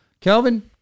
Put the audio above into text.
Kelvin